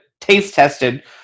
taste-tested